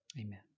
Amen